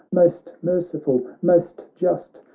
most merciful, most just,